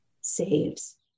saves